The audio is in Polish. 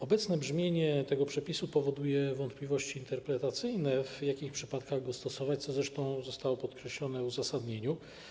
Obecne brzmienie tego przepisu powoduje wątpliwości interpretacyjne dotyczące tego, w jakich przypadkach go stosować, co zresztą zostało podkreślone w uzasadnieniu.